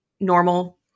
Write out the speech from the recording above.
normal